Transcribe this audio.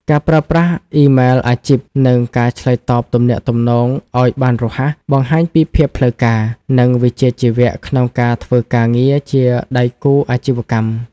ការប្រើប្រាស់អ៊ីមែលអាជីព និងការឆ្លើយតបទំនាក់ទំនងឱ្យបានរហ័ស បង្ហាញពីភាពផ្លូវការ និងវិជ្ជាជីវៈក្នុងការធ្វើការងារជាដៃគូអាជីវកម្ម។